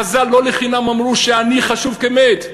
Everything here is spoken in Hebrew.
חז"ל לא לחינם אמרו שעני חשוב כמת.